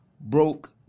broke